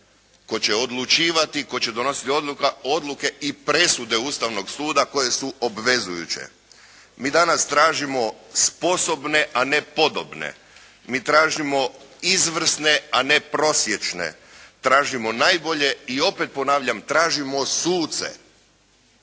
tko će odlučivati, tko će donositi odluke i presude Ustavnog suda koje su obvezujuće. Mi danas tražimo sposobne, a ne podobne. Mi tražimo izvrsne, a ne prosječne. Tražimo najbolje i opet ponavljam tražimo suce.